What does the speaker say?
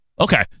Okay